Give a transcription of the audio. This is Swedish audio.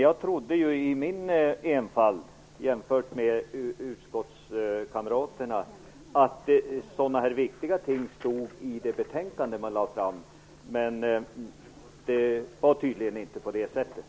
Jag trodde dock i min enfald att sådana här viktiga ting stod i det betänkande man lade fram. Det var tydligen inte på det sättet.